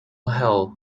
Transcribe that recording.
hail